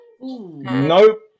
Nope